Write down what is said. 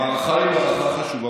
המערכה היא מערכה חשובה,